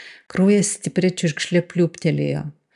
kraujas stipria čiurkšle pliūptelėjo